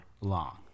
long